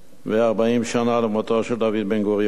ו-40 שנה למותו של דוד בן-גוריון.